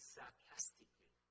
sarcastically